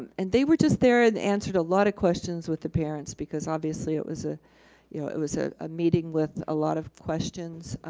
and they were just there and answered a lot of questions with the parents because obviously, it was ah you know it was ah a meeting with a lot of questions.